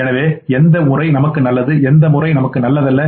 எனவே எந்த முறை நமக்கு நல்லது எந்த முறை நமக்கு நல்லதல்ல